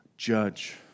judge